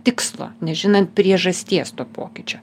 tikslo nežinant priežasties to pokyčio